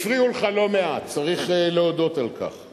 הפריעו לך לא מעט, צריך להודות על כך,